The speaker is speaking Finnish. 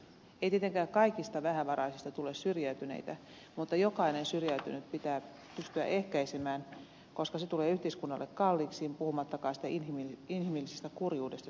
ei tietenkään kaikista vähävaraisista tule syrjäytyneitä mutta jokainen syrjäytyminen pitää pystyä ehkäisemään koska syrjäytyminen tulee yhteiskunnalle kalliiksi puhumattakaan siitä inhimillisestä kurjuudesta joka siitä seuraa